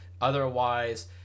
otherwise